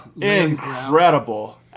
Incredible